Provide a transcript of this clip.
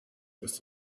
must